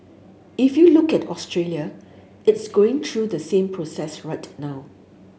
if you look at Australia it's going to the same process right now